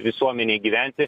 visuomenei gyventi